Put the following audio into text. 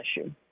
issue